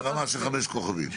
ברמה של חמישה כוכבים.